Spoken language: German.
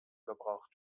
gebraucht